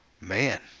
Man